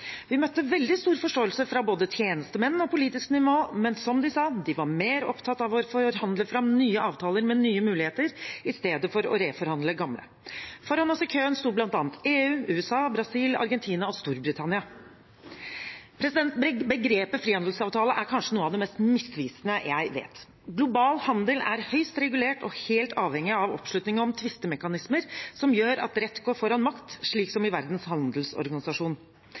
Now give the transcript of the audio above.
Vi møtte veldig stor forståelse fra både tjenestemenn og politisk nivå, men som de sa, var de mer opptatt av å forhandle fram nye avtaler med nye muligheter i stedet for å reforhandle gamle. Foran oss i køen sto bl.a. EU, USA, Brasil, Argentina og Storbritannia. Begrepet frihandelsavtale er kanskje noe av det mest misvisende jeg vet. Global handel er høyst regulert og helt avhengig av oppslutning om tvistemekanismer som gjør at rett går foran makt, slik som i Verdens handelsorganisasjon.